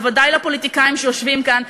בוודאי לפוליטיקאים שיושבים כאן,